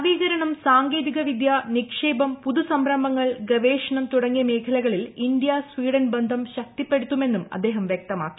നവീകരണം സാങ്കേതികവിദ്യ നിക്ഷേപം പുതു സംരംഭങ്ങൾ ഗവേഷണം തുടങ്ങിയ മേഖലകളിൽ ഇന്ത്യ സ്വീഡൻ ബന്ധം ശക്തിപ്പെടുത്തുമെന്നും അദ്ദേഹം വൃക്തമാക്കി